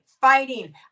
fighting